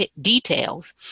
details